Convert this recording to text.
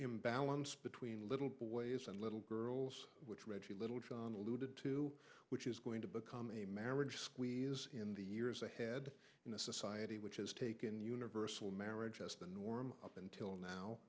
imbalance between little boys and little girls which reggie littlejohn alluded to which is going to become a marriage in the years ahead in a society which has taken universal marriage as the norm up until now